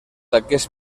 aquest